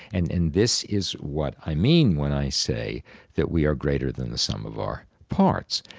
and and this is what i mean when i say that we are greater than the sum of our parts,